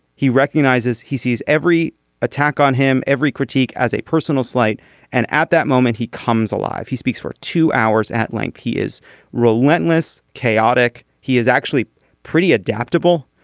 he recognizes he sees every attack on him every critique as a personal slight and at that moment he comes alive. he speaks for two hours at length. he is relentless chaotic. he is actually pretty adaptable.